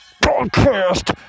broadcast